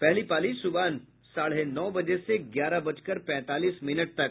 पहली पाली सुबह साढ़े नौ बजे से ग्यारह बजकर पैंतालीस मिनट तक